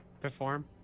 perform